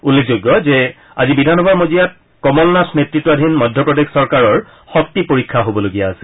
উল্লেখযোগ্য যে আজি বিধানসভাৰ মজিয়াত কমল নাথ নেততাধীন মধ্যপ্ৰদেশ চৰকাৰৰ শক্তি পৰীক্ষা হ'বলগীয়া আছিল